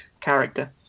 character